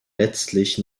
letztlich